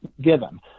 given